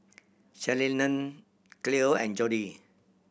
Shirleyann Cleo and Jody